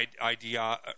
idea